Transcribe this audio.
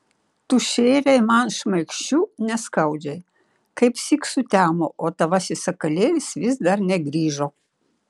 tu šėrei man šmaikščiu neskaudžiai kaipsyk sutemo o tavasis sakalėlis vis dar negrįžo